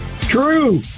True